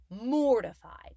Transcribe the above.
Mortified